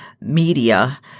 media